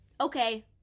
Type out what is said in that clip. Okay